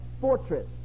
fortress